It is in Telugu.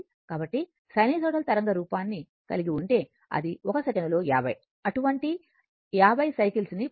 కాబట్టి సైనూసోయిడల్ తరంగ రూపాన్ని కలిగి ఉంటే అది 1 సెకనులో 50 అటువంటి 50 సైకిల్స్ను పూర్తి చేస్తుంది